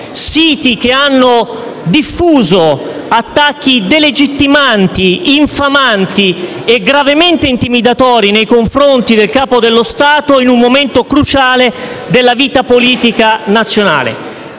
siti che hanno diffuso attacchi delegittimanti, infamanti e gravemente intimidatori nei confronti del Capo dello Stato in un momento cruciale della vita politica nazionale.